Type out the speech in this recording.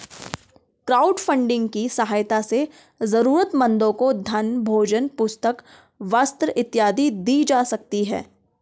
crowdfunding की सहायता से जरूरतमंदों को धन भोजन पुस्तक वस्त्र इत्यादि दी जा सकती है